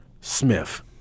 Smith